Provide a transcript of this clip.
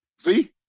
See